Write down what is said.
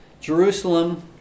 Jerusalem